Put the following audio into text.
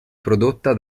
prodotta